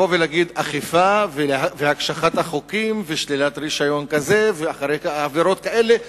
להגיד: אכיפה והקשחת החוקים ושלילת רשיון כזה ועבירות כאלה.